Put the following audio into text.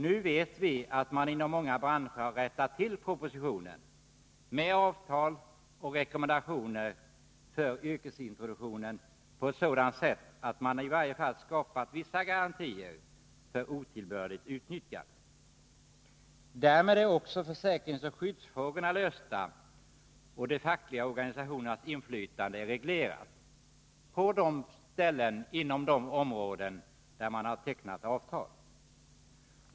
Nu vet vi att man inom många branscher har ”rättat till” propositionen med avtal och rekommendationer för yrkesintroduktionen, på ett sådant sätt att man i varje fall har skapat vissa garantier mot otillbörligt utnyttjande. Därmed har försäkringsoch skyddsfrågorna lösts, och de fackliga organisationernas inflytande är reglerat inom de områden där man har tecknat avtal.